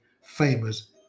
famous